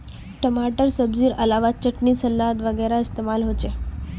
टमाटर सब्जिर अलावा चटनी सलाद वगैरहत इस्तेमाल होचे